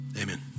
Amen